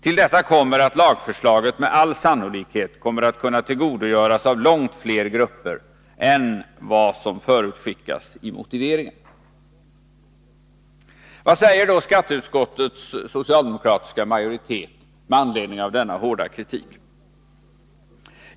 ——-—- Till detta kommer att lagförslaget med all sannolikhet kommer att kunna tillgodogöras av långt fler grupper än vad som förutskickas i motiveringen.” Vad säger då skatteutskottets socialdemokratiska majoritet med anledning av denna hårda kritik?